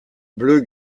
bleu